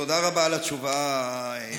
תודה רבה על התשובה המנומקת.